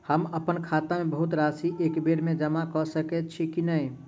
हम अप्पन खाता मे बहुत राशि एकबेर मे जमा कऽ सकैत छी की नै?